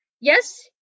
Yes